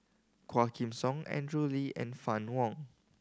Quah Kim Song Andrew Lee and Fann Wong